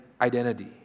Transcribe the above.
identity